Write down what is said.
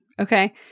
Okay